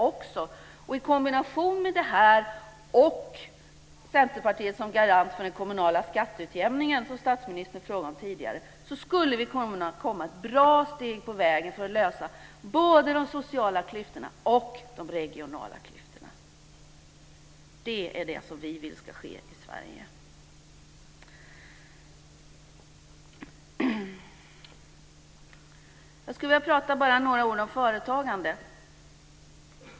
Med en kombination av vårt skatteförslag och Centerpartiet som garant för den kommunala skatteutjämningen, som statsministern frågade om tidigare, skulle vi kunna komma ett bra steg på vägen för att lösa både de sociala klyftorna och de regionala klyftorna. Det är det som vi vill ska ske i Sverige. Jag skulle bara vilja säga några ord om företagande.